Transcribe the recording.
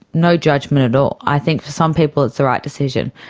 no judgement at all, i think for some people it's the right decision.